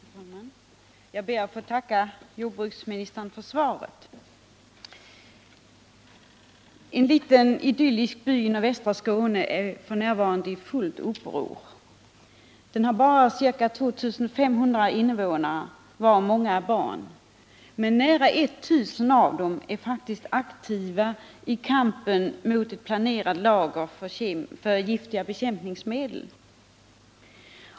Herr talman! Jag ber att få tacka jordbruksministern för svaret. En liten idyllisk by i nordvästra Skåne är f. n. i fullt uppror. Byn har bara ca 2500 invånare, varav många barn. Men nära 1000 av byns invånare är faktiskt aktiva i kampen mot ett planerat lager för giftiga bekämpningsmedel.